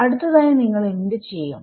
അടുത്തതായി നിങ്ങൾ എന്ത് ചെയ്യും